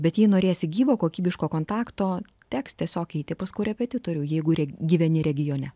bet jei norėsi gyvo kokybiško kontakto teks tiesiog eiti pas korepetitorių jeigu gyveni regione